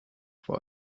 vor